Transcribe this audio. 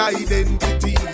identity